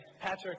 Patrick